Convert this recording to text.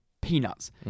peanuts